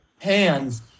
hands